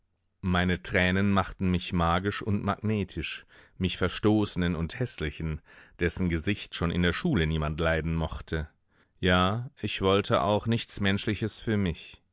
meine tränen machten mich magisch und magnetisch mich verstoßenen und häßlichen dessen gesicht schon in der schule niemand leiden mochte ja ich wollte auch nichts menschliches für mich